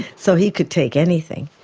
so he could take anything,